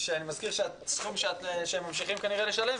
אני מזכיר שהסכום שממשיכים לשלם,